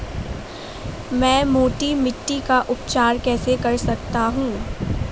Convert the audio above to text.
मैं मोटी मिट्टी का उपचार कैसे कर सकता हूँ?